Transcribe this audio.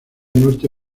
norte